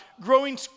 growing